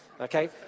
Okay